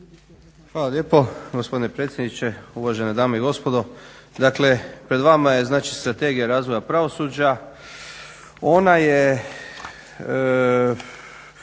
Hvala lijepo. Gospodine predsjedniče, uvažene dame i gospodo. Dakle pred vama je Strategija razvoja pravosuđa. Ona je